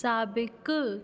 साबिक़ु